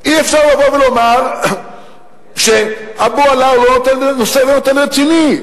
אי-אפשר לבוא ולומר שאבו עלא הוא לא נושא ונותן רציני.